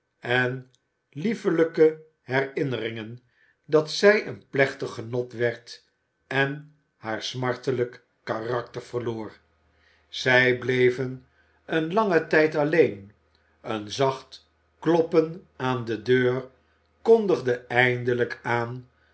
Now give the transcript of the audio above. en liefelijke herinneringen dat zij een plechtig genot werd en haar smartelijk karakter verloor zij bleven een langen langen tijd alleen een zacht kloppen aan de deur kondigde eindelijk aan